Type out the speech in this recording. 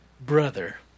brother